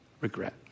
regret